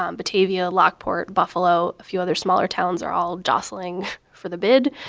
um batavia, lockport, buffalo, a few other smaller towns are all jostling for the bid.